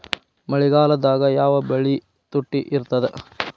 ಮಳೆಗಾಲದಾಗ ಯಾವ ಬೆಳಿ ತುಟ್ಟಿ ಇರ್ತದ?